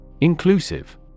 Inclusive